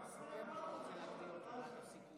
אדוני היושב-ראש, אני מודה לך על התיקון